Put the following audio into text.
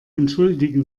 entschuldigen